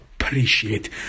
appreciate